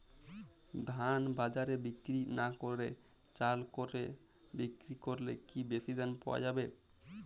ধান বাজারে বিক্রি না করে চাল কলে বিক্রি করলে কি বেশী দাম পাওয়া যাবে?